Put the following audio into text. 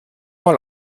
mal